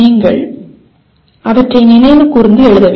நீங்கள் அவற்றை நினைவு கூர்ந்து எழுத வேண்டும்